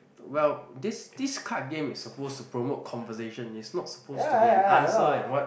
well this this card game is supposed to promote conversation is not supposed to be an answer and what